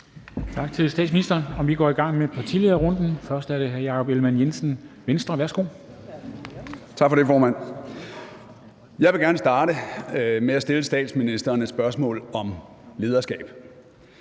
Tak til statsministeren. Vi går i gang med partilederrunden. Først er det hr. Jakob Ellemann-Jensen. Værsgo. Kl. 13:05 Spm. nr. US 28 Jakob Ellemann-Jensen (V): Tak for det, formand. Jeg vil gerne starte med at stille statsministeren et spørgsmål om lederskab.